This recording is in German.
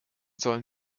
sollen